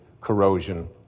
corrosion